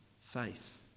faith